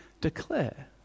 declare